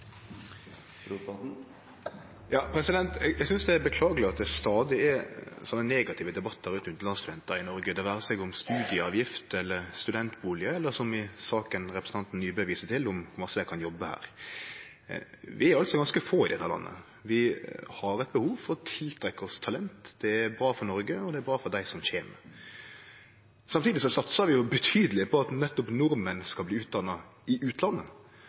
at det stadig er slike negative debattar om utanlandsstudentar i Noreg – det vere seg om studieavgift, studentbustader, eller i saka representanten Nybø viste til, om ein også skal kunne jobbe her. Vi er ganske få i dette landet. Vi har eit behov for å tiltrekkje oss talent. Det er bra for Noreg, og det er bra for dei som kjem. Samtidig satsar vi svært mykje på at nordmenn skal bli utdanna i utlandet.